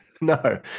No